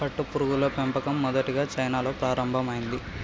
పట్టుపురుగుల పెంపకం మొదటిగా చైనాలో ప్రారంభమైంది